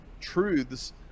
truths